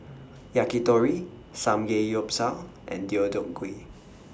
Yakitori Samgeyopsal and Deodeok Gui